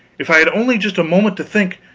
if i had only just a moment to think.